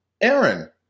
Aaron